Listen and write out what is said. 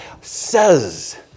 says